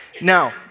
Now